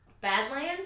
Badlands